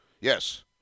Yes